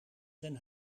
zijn